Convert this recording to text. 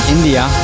India